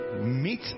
meet